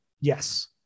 yes